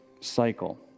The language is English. cycle